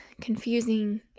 confusing